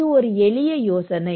இது ஒரு எளிய யோசனை